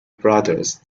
brothers